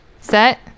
Set